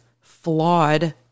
flawed